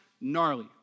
gnarly